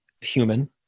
human